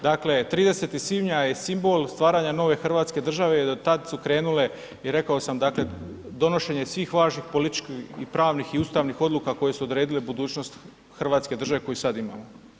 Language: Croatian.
Dakle, 30. svibnja je simbol stvaranja nove Hrvatske države do tad su krenule i rekao sam donošenje svih važnih političkih i pravnih i ustavnih odluka koje su odredile budućnost Hrvatske države koju sad imamo.